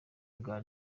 bwa